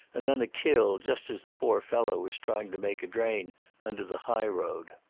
and then a kill just as the poor fellow was trying to make a drain under the high road.